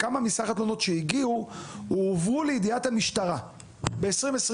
הועברו לידיעת המשטרה ב-2022.